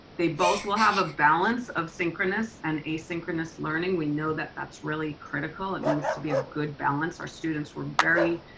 they both will have a balance of synchronous and asynchronous learning. we know that that's really critical. it needs to be a good balance. our students were very,